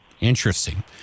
Interesting